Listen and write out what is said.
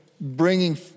bringing